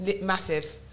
Massive